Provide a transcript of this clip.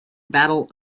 battle